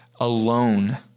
alone